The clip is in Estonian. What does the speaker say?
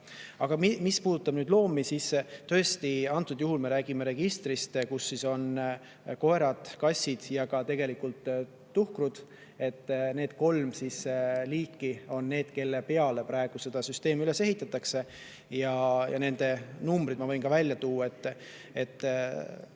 Aga mis puudutab loomi, siis tõesti antud juhul me räägime registrist, kus on koerad, kassid ja tegelikult ka tuhkrud. Need kolm liiki on need, kelle peale praegu seda süsteemi üles ehitatakse. Ja nende arvud ma võin välja tuua.